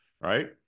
right